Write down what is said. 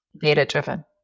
data-driven